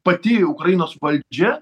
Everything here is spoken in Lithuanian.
pati ukrainos valdžia